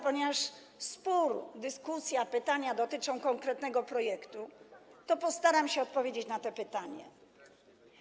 Ponieważ spór, dyskusja, pytania dotyczą konkretnego projektu, to postaram się odpowiedzieć na te pytania.